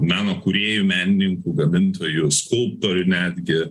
meno kūrėjų menininkų gamintojų skulptorių netgi